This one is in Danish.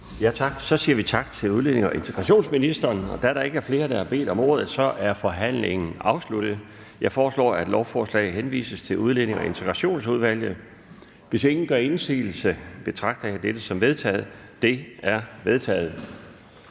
Laustsen): Så siger vi tak til udlændinge- og integrationsministeren. Da der ikke er flere, der har bedt om ordet, er forhandlingen afsluttet. Jeg foreslår, at lovforslaget henvises til Udlændinge- og Integrationsudvalget. Hvis ingen gør indsigelse, betragter jeg dette som vedtaget. Det er vedtaget.